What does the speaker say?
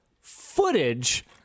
footage